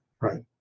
right